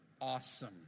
awesome